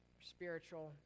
spiritual